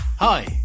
Hi